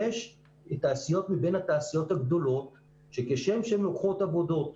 יש תעשיות מבין התעשיות הגדולות שכשם שהן לוקחות עבודות